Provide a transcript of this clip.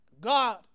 God